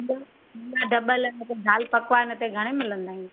न डबल न दालि पकवान हिते घणे मिलंदा आहिनि